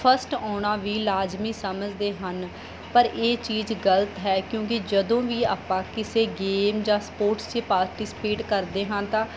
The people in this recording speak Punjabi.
ਫਸਟ ਆਉਣਾ ਵੀ ਲਾਜ਼ਮੀ ਸਮਝਦੇ ਹਨ ਪਰ ਇਹ ਚੀਜ਼ ਗਲਤ ਹੈ ਕਿਉਂਕਿ ਜਦੋਂ ਵੀ ਆਪਾਂ ਕਿਸੇ ਗੇਮ ਜਾਂ ਸਪੋਰਟਸ 'ਚ ਪਾਰਟੀਸਪੇਟ ਕਰਦੇ ਹਨ ਤਾਂ